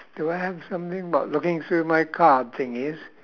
do I have something about looking through my card thingies